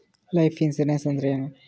Life insurance ಅಂದ್ರ ಏನ?